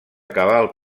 cabal